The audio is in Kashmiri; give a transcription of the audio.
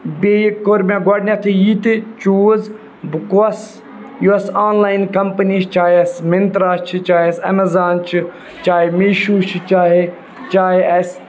بیٚیہِ کوٚر مےٚ گۄڈٕنٮ۪تھٕے یہِ تہِ چوٗز بہٕ کۄس یۄس آن لاین کَمپٔنی چاہے اَسہِ مِنترٛا چھِ چاہے اَسہِ اٮ۪مٮ۪زان چھِ چاہے میٖشوٗ چھِ چاہے چاہے اَسہِ